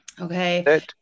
Okay